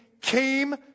came